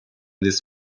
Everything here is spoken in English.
this